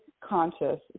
conscious